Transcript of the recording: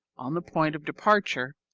on the point of departure,